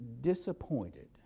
disappointed